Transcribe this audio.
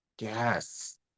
Yes